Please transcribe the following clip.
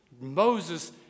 Moses